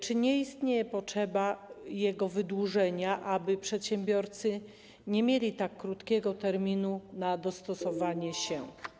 Czy nie istnieje potrzeba jego wydłużenia, aby przedsiębiorcy nie mieli tak krótkiego terminu na dostosowanie się?